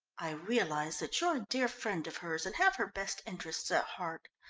i realise that you're a dear friend of hers and have her best interests at heart.